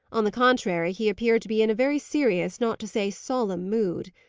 on the contrary, he appeared to be in a very serious, not to say solemn mood.